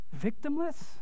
Victimless